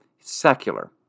secular